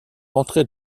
rentrer